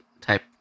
type